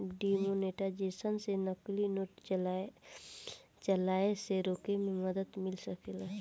demonetisation से नकली note चलाए से रोके में मदद मिल सकेला